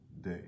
day